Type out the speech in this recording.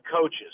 coaches